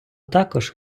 також